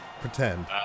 Pretend